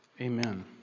Amen